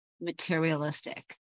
materialistic